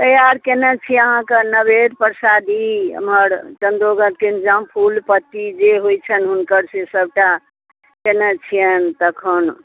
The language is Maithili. तैयार कयने छी अहाँके नवेद परसादी इमहर चन्द्रोगत के इन्तजाम फूल पत्ती जे होइ छनि हुनकर से सभटा कयने छियनि तखन